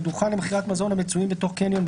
דוכן למכירת מזון המצויים בתוך קניון,